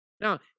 Now